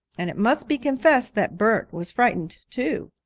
and it must be confessed that bert was frightened too.